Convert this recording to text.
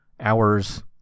hours